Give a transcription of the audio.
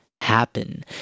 happen